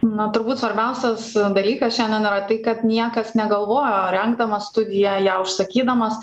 na turbūt svarbiausias dalykas šiandien yra tai kad niekas negalvojo rengdamas studiją ją užsakydamas